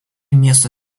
miesto